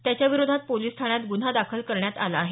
त्याच्या विरोधात पोलीस ठाण्यात गुन्हा दाखल करण्यात आला आहे